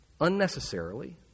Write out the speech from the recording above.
unnecessarily